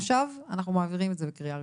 המושב אנחנו מעבירים את זה בקריאה ראשונה.